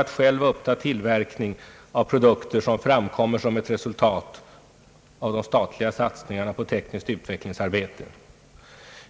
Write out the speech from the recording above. att självt uppta tillverkningen av produkter som framkommer som ett resultat av de statliga satsningarna på tekniskt utvecklingsarbete.